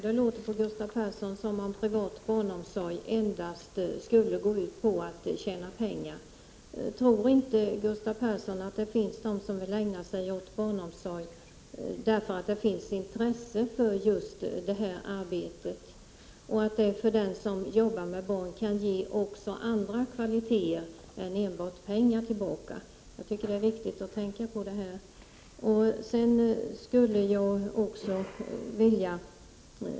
Herr talman! På Gustav Persson låter det som om privat barnomsorg endast skulle gå ut på att tjäna pengar. Tror inte Gustav Persson att det finns sådana som vill ägna sig åt barnomsorg därför att de har intresse för just detta arbete och att det för dem som jobbar med barn kan ge också andra kvaliteter än enbart pengar tillbaka? Jag tycker det är viktigt att tänka på detta.